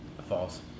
False